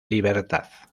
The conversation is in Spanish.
libertad